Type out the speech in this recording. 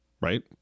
Right